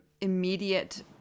immediate